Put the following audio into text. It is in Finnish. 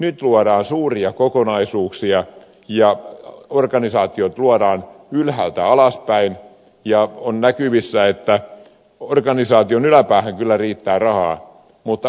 nyt luodaan suuria kokonaisuuksia ja organisaatiot luodaan ylhäältä alaspäin ja on näkyvissä että organisaation yläpäähän kyllä riittää rahaa mutta alapäähän ei